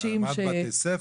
אמרת בתי ספר,